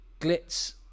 Glitz